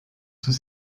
sous